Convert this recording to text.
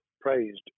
praised